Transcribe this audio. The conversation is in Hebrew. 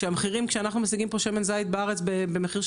כשאנחנו משיגים פה שמן זית בארץ במחיר של